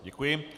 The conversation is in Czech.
Děkuji.